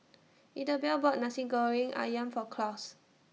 Idabelle bought Nasi Goreng Ayam For Claus